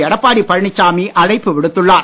எடப்பாடி பழனிசாமி அழைப்பு விடுத்துள்ளார்